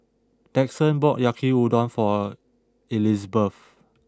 Daxton bought Yaki udon for Elizbeth